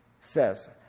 says